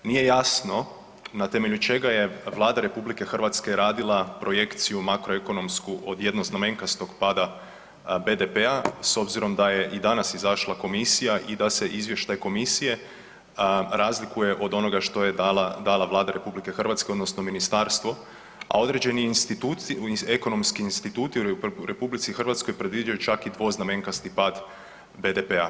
Nije jasno na temelju čega je Vlada RH radila projekciju makroekonomsku od jednoznamenkastog pada BDP-a s obzirom da je i danas izašla komisija i da se izvještaj komisije razlikuje od onoga što je dala, dala Vlada RH odnosno ministarstvo, a određeni ekonomski instituti u RH predviđaju čak i dvoznamenkasti pad BDP-a.